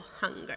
hunger